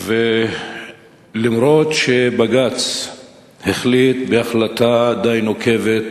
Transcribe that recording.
אף-על-פי שבג"ץ החליט, בהחלטה די נוקבת,